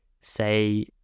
say